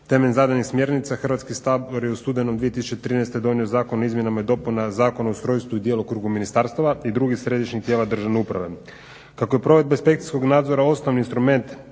Temeljem zadanih smjernica Hrvatski sabor je u studenom 2013.donio Zakon o izmjenama i dopunama Zakona o ustrojstvu i djelokrugu ministarstava i drugih središnjih tijela državne uprave. Kako je provedba inspekcijskog nadzora osnovni instrument